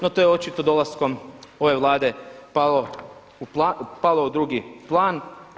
No to je očito dolaskom ove Vlade palo u drugi plan.